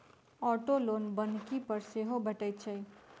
auto loan बन्हकी पर सेहो भेटैत छै